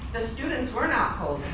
the students were not polled